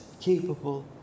capable